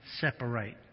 separate